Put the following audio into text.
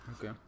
Okay